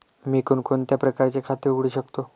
मी कोणकोणत्या प्रकारचे खाते उघडू शकतो?